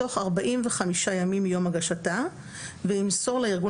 בתוך 45 ימים מיום הגשתה וימסור לארגון